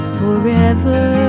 forever